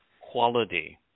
quality